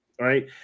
right